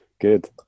Good